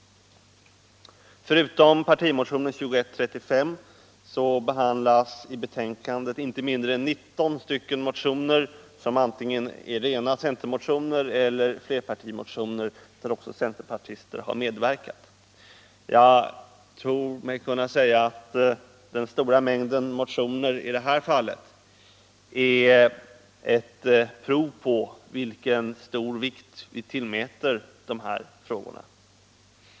Förutom partimotionen 2135 behandlas i betänkandet inte mindre än 19 stycken motioner som antingen är rena centermotioner eller också flerpartimotioner där även centerpartister har medverkat. Jag tror mig kunna säga att den stora mängden motioner i det här fallet är ett bevis på vilken stor vikt vi tillmäter dessa frågor.